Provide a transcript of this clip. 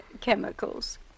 chemicals